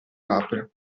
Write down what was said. labbra